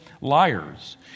liars